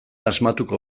asmatuko